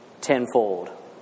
tenfold